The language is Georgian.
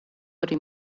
ორი